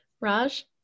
Raj